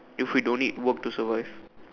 if we don't need work to survive